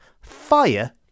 fire